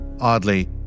Oddly